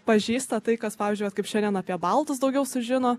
pažįsta tai kas pavyzdžiui vat kaip šiandien apie baltus daugiau sužino